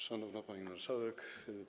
Szanowna Pani Marszałek!